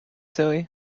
silly